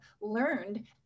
learned